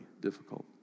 difficult